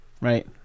Right